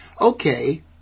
Okay